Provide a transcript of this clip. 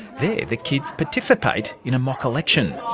the the kids participate in a mock election.